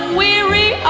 weary